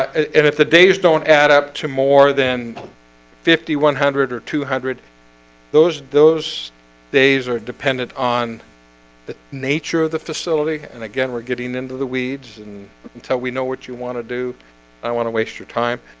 and if the days don't add up to more than fifty one hundred or two hundred those those days are dependent on the nature of the facility and again, we're getting into the weeds and until we know what you want to do i want to waste your time,